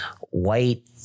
white